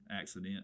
accident